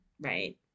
right